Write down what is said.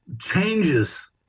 changes